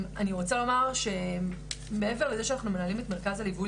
אני רוצה לומר שמעבר לזה שאנחנו מנהלים את מרכז הלווי